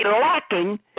lacking